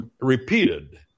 repeated